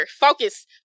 focus